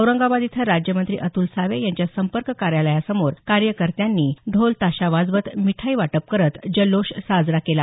औरंगाबाद इथं राज्यमंत्री अतुल सावे यांच्या संपर्क कार्यालयासमोर कार्यकर्त्यांनी ढोल ताशा वाजवत मिठाई वाटप करत जल्लोष साजरा केला